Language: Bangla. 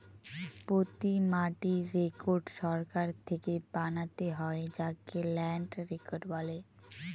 প্রতি মাটির রেকর্ড সরকার থেকে বানাতে হয় যাকে ল্যান্ড রেকর্ড বলে